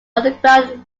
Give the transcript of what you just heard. underground